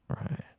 Right